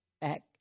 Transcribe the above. back